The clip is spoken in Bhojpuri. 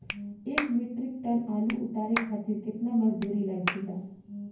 एक मीट्रिक टन आलू उतारे खातिर केतना मजदूरी लागेला?